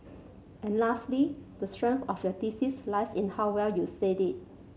and lastly the strength of your thesis lies in how well you said it